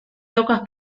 locas